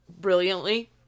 brilliantly